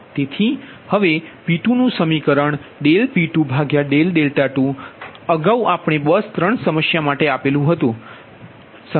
તેથી હવે P2 નુ સમીકરણ P22સમીકરણ અગાઉ આપણે 3 બસ સમસ્યા માટે આપેલુ હતુ